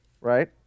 right